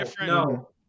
no